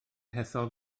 hethol